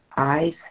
eyes